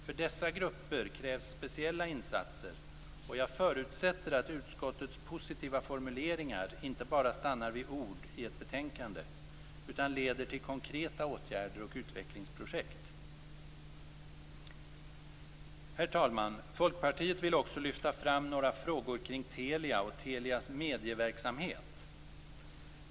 För dessa grupper krävs speciella insatser, och jag förutsätter att utskottets positiva formuleringar inte bara stannar vid ord i ett betänkande utan leder till konkreta åtgärder och utvecklingsprojekt. Herr talman! Folkpartiet vill också lyfta fram några frågor kring Telia och Telias medieverksamhet.